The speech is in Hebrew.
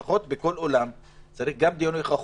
צריך בכל אולם גם דיון הוכחות.